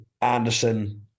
Anderson